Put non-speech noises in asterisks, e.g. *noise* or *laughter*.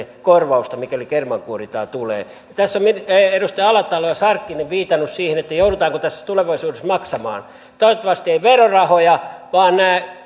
*unintelligible* korvausta mikäli kermankuorintaa tulee tässä edustajat alatalo ja sarkkinen ovat viitanneet siihen joudutaanko tässä tulevaisuudessa maksamaan toivottavasti ei käytetä verorahoja vaan nämä